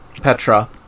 Petra